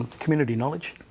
community knowledge